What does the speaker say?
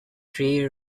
tree